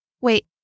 Wait